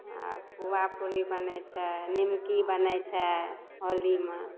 आओर पूआ पूड़ी बनय छै निमकी बनय छै होलीमे